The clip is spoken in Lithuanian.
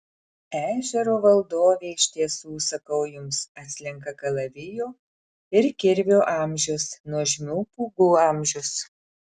ežero valdovė iš tiesų sakau jums atslenka kalavijo ir kirvio amžius nuožmių pūgų amžius